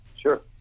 Sure